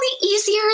easier